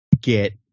get